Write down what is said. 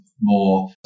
more